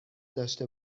داشته